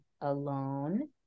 alone